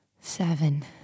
seven